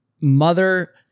mother